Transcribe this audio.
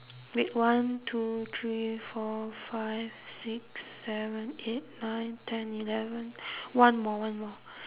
wait one two three four five six seven eight nine ten eleven one more one more